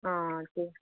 आं ठीक